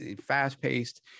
fast-paced